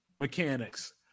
mechanics